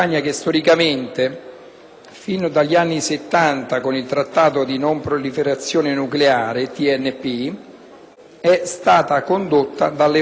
è stata condotta dalle organizzazioni internazionali, dal Governo italiano e dalla stessa società civile per il disarmo internazionale